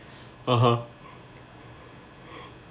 (uh huh)